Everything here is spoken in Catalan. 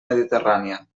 mediterrània